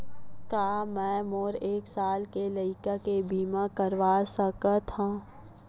का मै मोर एक साल के लइका के बीमा करवा सकत हव?